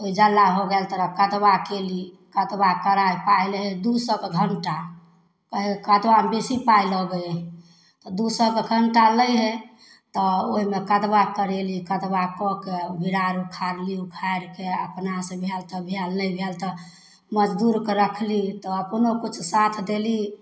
ओहि जल्ला हो गेल तकरबाद कदबा कएली कदबा कराइ पाइ लै हइ दुइ सओके घण्टा एहिमे कदबामे बेसी पाइ लगै हइ आओर दुइ सओके घण्टा लै हइ तऽ ओहिमे कदबा करैली कदबा कऽके बिराड़ उखाड़ली उखाड़िके अपनासे भेल तऽ भेल नहि भेल तऽ मजदूरके राखली तऽ अपनो किछु साथ देली